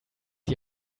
die